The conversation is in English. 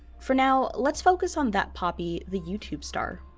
for now, let's focus on that poppy, the youtube star.